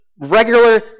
regular